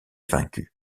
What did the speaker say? vaincu